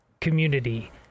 community